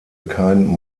kein